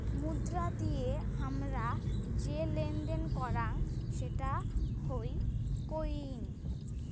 মুদ্রা দিয়ে হামরা যে লেনদেন করাং সেটা হই কোইন